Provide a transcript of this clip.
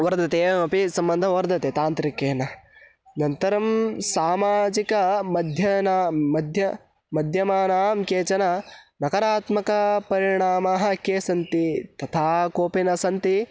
वर्धते एवमपि सम्बन्धः वर्धते तान्त्रिकेन अनन्तरं सामाजिकमाध्यमः मध्ये माध्यमानां केचन नकरात्मकपरिणामाः के सन्ति तथा कोपि न सन्ति